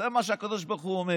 זה מה שהקדוש ברוך הוא אומר.